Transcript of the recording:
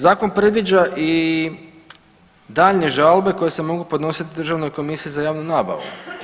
Zakon predviđa i daljnje žalbe koje se mogu podnositi Državnoj komisiji za javnu nabavu.